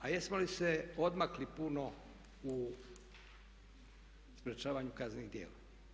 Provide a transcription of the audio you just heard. A jesmo li se odmakli puno u sprječavanju kaznenih djela?